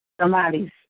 Somebody's